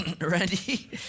Randy